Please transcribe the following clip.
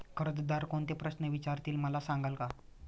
कर्जदार कोणते प्रश्न विचारतील, मला सांगाल का?